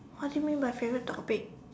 what do you mean by favorite topic